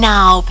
Now